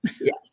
yes